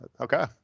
Okay